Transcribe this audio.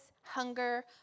hunger